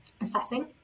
assessing